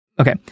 Okay